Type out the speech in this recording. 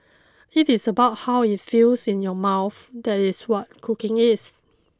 it is about how it feels in your mouth that is what cooking is